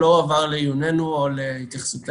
לא הועבר לעיוננו או להתייחסותנו.